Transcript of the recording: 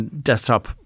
desktop